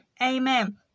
Amen